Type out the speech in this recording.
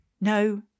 No